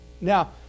Now